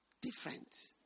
different